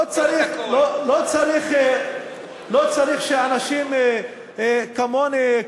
לא צריך שאנשים כמוני,